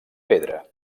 pedra